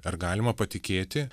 ar galima patikėti